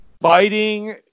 fighting